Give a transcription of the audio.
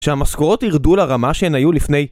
שהמשכורות ירדו לרמה שהן היו לפני